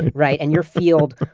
right? and your field,